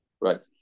right